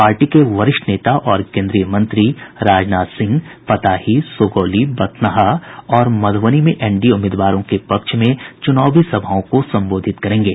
party के वरिष्ठ नेता और केन्द्रीय मंत्री राजनाथ सिंह पताही सुगौली बथनाहा और मधुबनी में एनडीए उम्मीदवारों के पक्ष में चुनावी रैली को संबोधित करेंगे